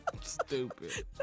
Stupid